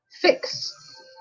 fix